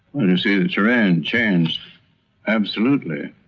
and you see, the terrain changed absolutely.